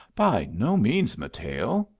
by no means, mateo.